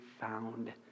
found